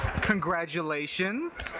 Congratulations